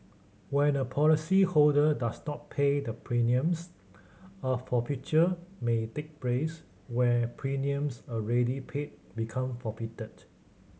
when a policyholder does not pay the premiums a forfeiture may take prays where premiums already paid become forfeited